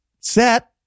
Set